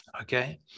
okay